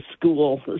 school